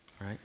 Right